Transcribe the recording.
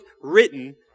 written